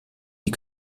die